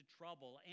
trouble